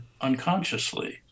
unconsciously